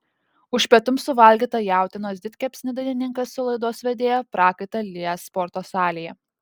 už pietums suvalgytą jautienos didkepsnį dainininkas su laidos vedėja prakaitą lies sporto salėje